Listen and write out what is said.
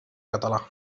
català